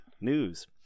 News